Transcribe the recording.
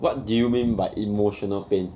what do you mean by emotional pain